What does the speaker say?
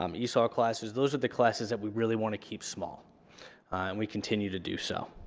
um esaw classes, those are the classes that we really want to keep small, and we continue to do so.